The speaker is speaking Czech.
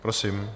Prosím.